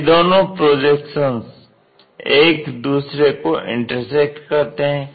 ये दोनों प्रोजेक्शन एक दूसरे को इंटरसेक्ट करते हैं